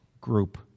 group